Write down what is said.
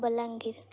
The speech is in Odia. ବଲାଙ୍ଗୀର